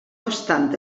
obstant